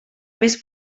més